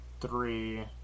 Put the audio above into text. three